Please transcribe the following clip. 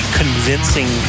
convincing